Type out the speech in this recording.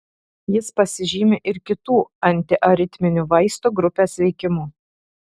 jis pasižymi ir kitų antiaritminių vaistų grupės veikimu